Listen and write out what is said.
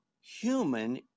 human